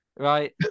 Right